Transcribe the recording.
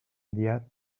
yet